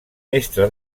mestre